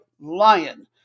Lion